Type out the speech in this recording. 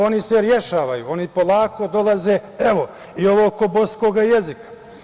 Oni se rešavaju, oni polako dolaze, evo i ovo oko bosanskoga jezika.